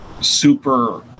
super